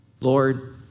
Lord